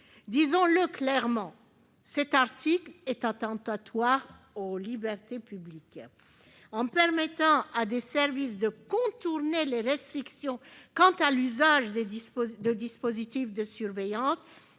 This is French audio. Disons-le clairement, cet article est attentatoire aux libertés publiques. En permettant à des services de contourner les restrictions quant à l'usage de dispositifs de surveillance,